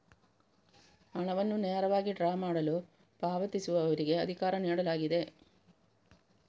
ಹಣವನ್ನು ನೇರವಾಗಿ ಡ್ರಾ ಮಾಡಲು ಪಾವತಿಸುವವರಿಗೆ ಅಧಿಕಾರ ನೀಡಲಾಗಿದೆ